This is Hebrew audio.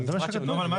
אז מה אתה טוען?